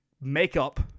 makeup